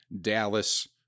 Dallas